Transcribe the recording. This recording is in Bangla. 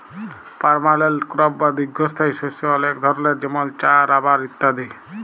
পার্মালেল্ট ক্রপ বা দীঘ্ঘস্থায়ী শস্য অলেক ধরলের যেমল চাঁ, রাবার ইত্যাদি